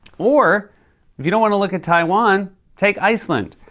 or if you don't want to look at taiwan, take iceland,